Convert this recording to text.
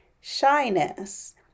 shyness